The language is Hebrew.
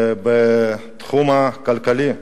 ובתחום הכלכלי,